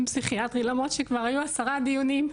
פסיכיאטרי למרות שכבר היו עשרה דיונים,